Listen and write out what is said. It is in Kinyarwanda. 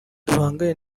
duhangane